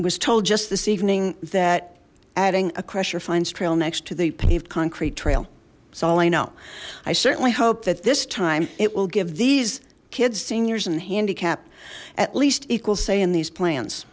was told just this evening that adding a crusher finds trail next to the paved concrete trail it's all i know i certainly hope that this time it will give these kids seniors and handicap at least equal say in these plans